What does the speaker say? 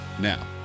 Now